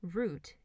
root